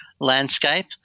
landscape